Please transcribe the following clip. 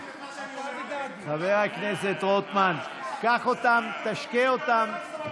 חבר הכנסת רוטמן, קח אותם, תשקה אותם.